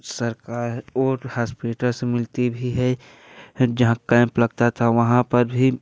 सरकार और हॉस्पिटल से मिलती भी है जहाँ कैंप लगता था वहाँ पर भी